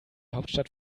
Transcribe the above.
hauptstadt